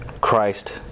Christ